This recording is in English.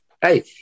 Hey